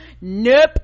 nope